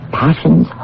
passions